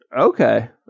okay